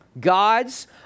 God's